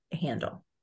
handle